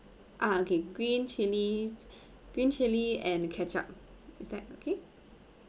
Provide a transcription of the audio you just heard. ah okay green chilli green chilli and ketchup is that okay